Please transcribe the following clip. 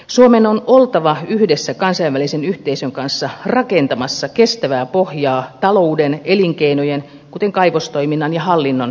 suomen on oltava yhdessä kansainvälisen yhteisön kanssa rakentamassa kestävää pohjaa talouden elinkeinojen kuten kaivostoiminnan ja hallinnon kehittämisessä